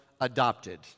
adopted